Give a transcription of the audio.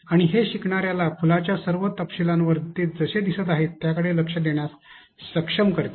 आणि हे शिकणार्याला फुलांच्या सर्व तपशीलांवर जसे ते दिसत आहे त्याकडे लक्ष देण्यास सक्षम करते